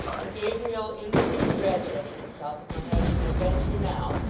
and gabriel inwardly congratulating himself upon having an adventure now,